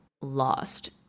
lost